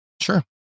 Sure